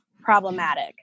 problematic